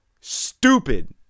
stupid